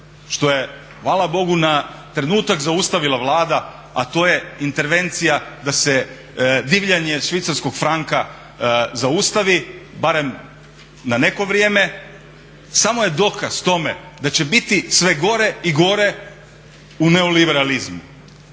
što je hvala Bogu na trenutak zaustavila Vlada, a to je intervencija da se divljanje švicarskog franka zaustavi barem na neko vrijeme, samo je dokaz tome da će biti sve gore i gore u neoliberalizmu.